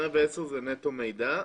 מוקד 110 זה נטו מידע.